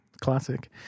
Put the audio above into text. Classic